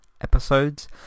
episodes